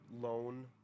loan